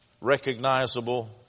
recognizable